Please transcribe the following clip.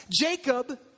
Jacob